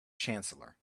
chancellor